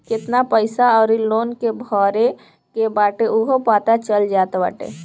केतना पईसा अउरी लोन के भरे के बाटे उहो पता चल जात बाटे